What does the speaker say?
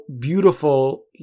beautiful